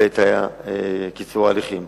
ואת קיצור ההליכים.